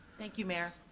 thank you, mayor.